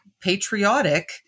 patriotic